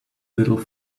little